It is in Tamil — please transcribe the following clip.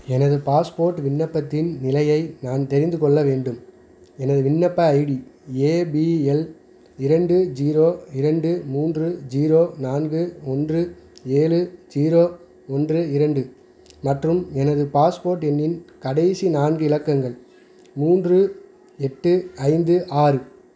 எனது பாஸ்போர்ட் விண்ணப்பத்தின் நிலையை நான் தெரிந்துக்கொள்ள வேண்டும் எனது விண்ணப்ப ஐடி ஏ பி எல் இரண்டு ஜீரோ இரண்டு மூன்று ஜீரோ நான்கு ஒன்று ஏழு ஜீரோ ஒன்று இரண்டு மற்றும் எனது பாஸ்போர்ட் எண்ணின் கடைசி நான்கு இலக்கங்கள் மூன்று எட்டு ஐந்து ஆறு